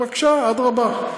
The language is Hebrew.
בבקשה, אדרבה.